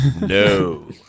no